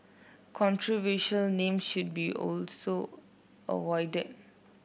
controversial names should be also avoided